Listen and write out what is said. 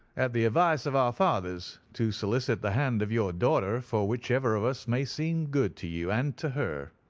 at the advice of our fathers to solicit the hand of your daughter for whichever of us may seem good to you and to her.